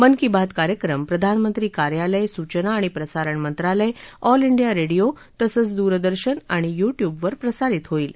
मन की बात कार्यक्रम प्रधानमंत्री कार्यालय सूचना आणि प्रसारण मंत्रालय ऑल डिया रेडिओ तसंच दूरदर्शन आणि युट्यूबवर प्रसारित होईल